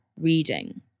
reading